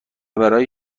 برای